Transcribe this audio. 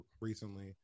recently